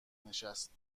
نشست